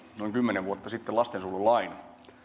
noin kymmenen vuotta sitten lastensuojelulain